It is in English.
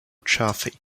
chaffee